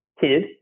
kid